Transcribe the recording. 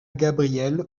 gabriel